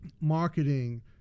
marketing